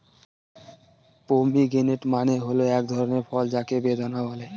pomegranate মানে হল এক ধরনের ফল যাকে বেদানা বলে